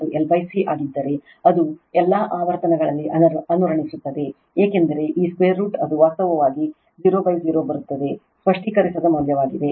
RL2RC2LC ಆಗಿದ್ದರೆ ಅದು ಎಲ್ಲಾ ಆವರ್ತನದಲ್ಲಿ ಅನುರಣಿಸುತ್ತದೆ ಏಕೆಂದರೆ ಈ 2 ರೂಟ್ ಅದು ವಾಸ್ತವವಾಗಿ 00 ಬರುತ್ತದೆ ಸ್ಪಷ್ಟೀಕರಿಸದ ಮೌಲ್ಯವಾಗಿದೆ